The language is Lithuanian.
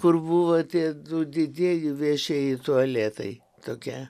kur buvo tie du didieji viešieji tualetai tokia